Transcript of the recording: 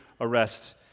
arrest